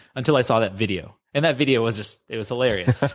until i saw that video, and that video was just it was hilarious,